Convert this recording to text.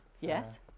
Yes